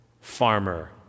farmer